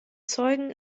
zeugen